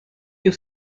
you